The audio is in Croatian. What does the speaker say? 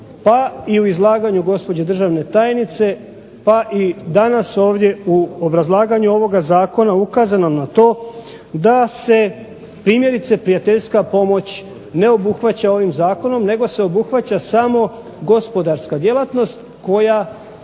pa i u izlaganju državne tajnice pa i danas ovdje u obrazlaganju ovog Zakona ukazano na to da se primjerice prijateljska pomoć ne obuhvaća ovim zakonom nego se obuhvaća samo gospodarska djelatnost koja